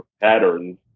pattern